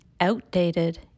outdated